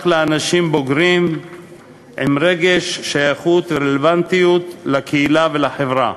לאנשים בוגרים עם רגש שייכות ורלוונטיות לקהילה ולחברה.